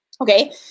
Okay